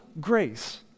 grace